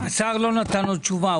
השר לא נתן עוד תשובה,